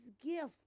gift